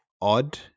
odd